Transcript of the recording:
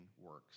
works